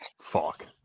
fuck